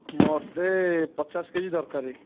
ମୋତେ ପଚାଶ K G ଦରକାର